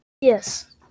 Yes